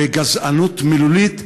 בגזענות מילולית,